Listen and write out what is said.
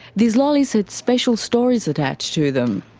these lollies had special stories attached to them.